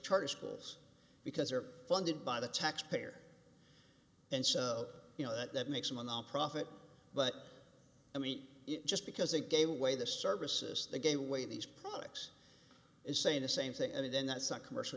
charter schools because they are funded by the taxpayer and so you know that that makes him a nonprofit but i meet it just because they gave away the services they gave away these products is saying the same thing and then that's a commercial